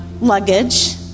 luggage